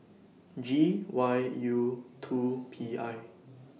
G Y U two P I